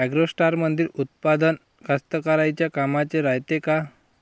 ॲग्रोस्टारमंदील उत्पादन कास्तकाराइच्या कामाचे रायते का?